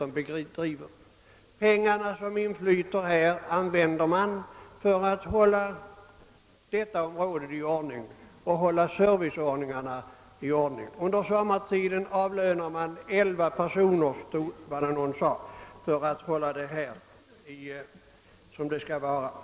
De pengar som kommer in användes för att hålla såväl området som serviceanordningarna i ordning. Under sommartiden avlönar man elva personer för att hålla området i det skick det bör vara.